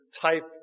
type